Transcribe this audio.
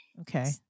okay